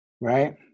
right